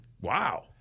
wow